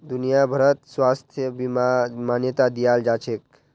दुनिया भरत स्वास्थ्य बीमाक मान्यता दियाल जाछेक